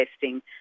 testing